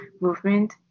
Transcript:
movement